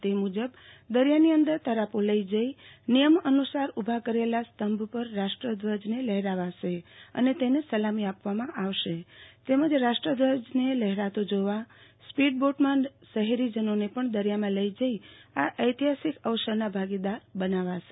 તે મુજબ દરિયાની અંદર તરાપી લઈ જઈ નિયમ અનુસાર ઉભા કરેલ સ્તંભ પર રાષ્ટ્રધ્વજ લહેરાવાશે સલામી અપાશે તેમજ રાષ્ટ્રધ્વજને લહેરાતો જોવા સ્પીડ બોટમાં શહેરીજનોને દરિયામાં લઈ જઈ આ ઐતિહાસિક અવસરના ભાગીદાર બનાવાશે